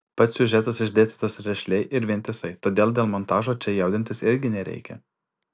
pats siužetas išdėstytas rišliai ir vientisai todėl dėl montažo čia jaudintis irgi nereikia